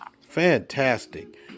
Fantastic